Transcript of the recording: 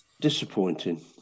Disappointing